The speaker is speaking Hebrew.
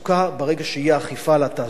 ברגע שתהיה אכיפה על התעסוקה,